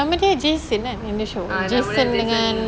nama dia jason like in the show jason dengan